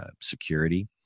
security